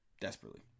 Desperately